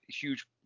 huge